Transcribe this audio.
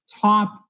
top